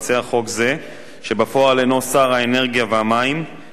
שבפועל הוא שר האנרגיה והמים, למנות מועצה